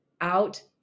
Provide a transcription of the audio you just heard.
out